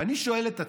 ואני שואל את עצמי: